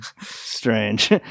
strange